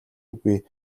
үгүй